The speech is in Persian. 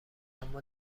اما